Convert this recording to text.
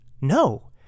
No